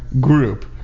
group